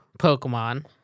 Pokemon